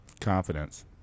Confidence